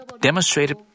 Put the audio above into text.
demonstrated